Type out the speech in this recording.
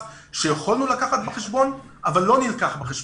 שיכולנו לקחת בחשבון אבל לא נלקח בחשבון.